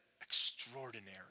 extraordinary